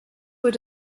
were